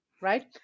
right